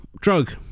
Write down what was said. drug